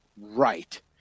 Right